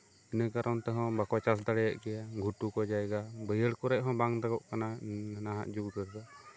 ᱤᱱᱟᱹ ᱠᱟᱨᱚᱱ ᱛᱮᱦᱚᱸ ᱵᱟᱠᱚ ᱪᱟᱥ ᱫᱟᱲᱮᱭᱟᱜ ᱜᱮᱭᱟ ᱜᱷᱩᱴᱩ ᱠᱚ ᱡᱟᱭᱜᱟ ᱵᱟᱹᱭᱦᱟᱹᱲ ᱠᱚᱨᱮᱜ ᱦᱚᱸ ᱵᱟᱝ ᱫᱟᱜᱚᱜ ᱠᱟᱱᱟ ᱱᱟᱦᱟᱜ ᱡᱩᱜᱽ ᱨᱮᱫᱚ